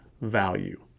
value